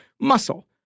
Muscle